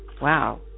Wow